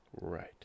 Right